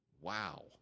Wow